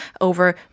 over